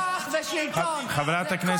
ואתם תהיו הראשונים לתת לחרדים --- חברת הכנסת.